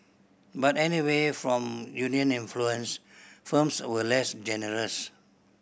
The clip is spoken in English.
but anyway from union influence firms were less generous